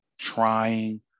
trying